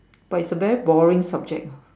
but it's a very boring subject